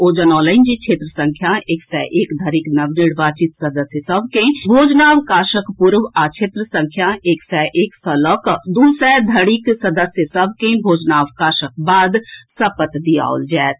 ओ जनौलनि जे क्षेत्र संख्या एक सय एक धरिक नवनिर्वाचित सदस्य सभ के भोजनावकाशक पूर्व आ क्षेत्र संख्या एक सय एक सँ लऽ कऽ दू सय धरिक सदस्य सभ के भोजनावकाशक बाद सपत दियाओल जायत